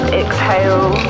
exhale